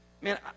man